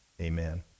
Amen